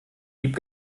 gib